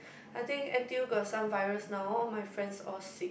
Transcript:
I think N_T_U got some virus now all my friends all sick